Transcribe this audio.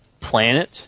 planet